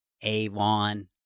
avon